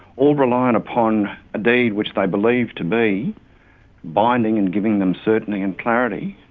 all reliant upon a deed which they believe to be binding and giving them certainty and clarity.